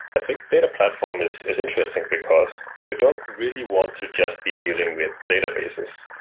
i think data platform is is interesting, because you don't really want to just be dealing with databases.